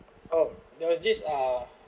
oh there was this ah